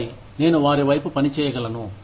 ఆపై నేను వారి వైపు పని చేయగలను